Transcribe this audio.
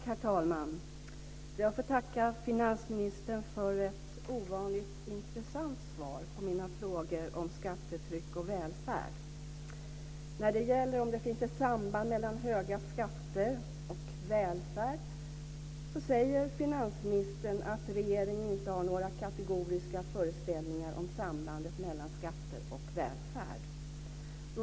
Herr talman! Jag får tacka finansministern för ett ovanligt intressant svar på mina frågor om skattetryck och välfärd. När det gäller om det finns ett samband mellan höga skatter och välfärd säger finansministern att regeringen inte har några kategoriska föreställningar om sambandet.